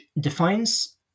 defines